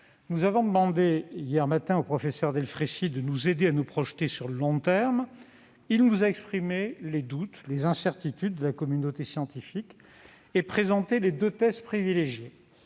Nous avons demandé, hier matin, au professeur Jean-François Delfraissy de nous aider à nous projeter sur le long terme. Il nous a exprimé les doutes et les incertitudes de la communauté scientifique, et nous a présenté les deux thèses privilégiées.